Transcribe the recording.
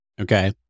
Okay